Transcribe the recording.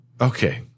Okay